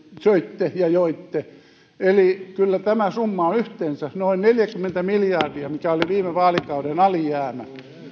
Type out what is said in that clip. söitte ja joitte eli kyllä tämä summa on yhteensä noin neljäkymmentä miljardia mikä oli viime vaalikauden alijäämä